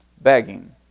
begging